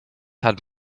had